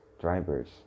drivers